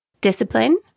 discipline